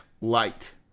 light